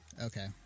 Okay